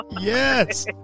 Yes